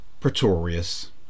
Pretorius